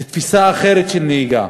זה תפיסה אחרת של נהיגה.